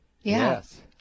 Yes